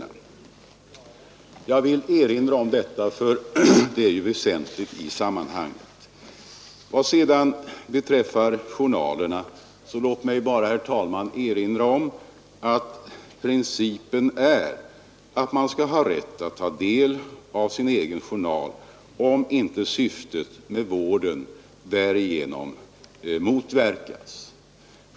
— Jag har velat erinra om detta, därför att det är väsentligt i sammanhanget. Vad beträffar journalerna vill jag erinra om att principen är att man skall ha rätt att ta del av sin egen journal, om inte syftet med vården därigenom motverkas.